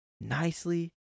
nicely